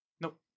Nope